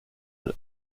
und